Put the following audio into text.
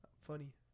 Funny